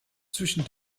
zwischen